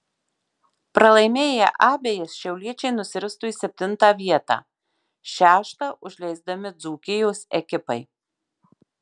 pralaimėję abejas šiauliečiai nusiristų į septintą vietą šeštą užleisdami dzūkijos ekipai